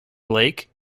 blake